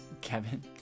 Kevin